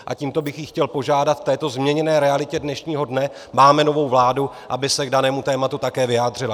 A tímto bych ji chtěl požádat v této změněné realitě dnešního dne, máme novou vládu, aby se k danému tématu také vyjádřila.